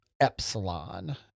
Epsilon